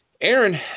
Aaron